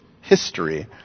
history